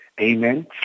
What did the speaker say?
Amen